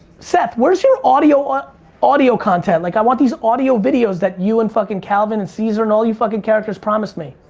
seth, where's your audio um audio content? like i want these audio videos that you and fuckin' calvin and caesar and all you fuckin' characters promised me.